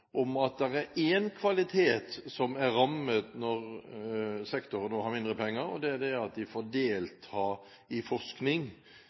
om at det er én kvalitet som er rammet når sektoren nå har mindre penger: at de får delta i forskning, at forskningsdeltakelse er en del